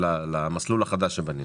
למסלול החדש שבנינו.